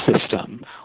system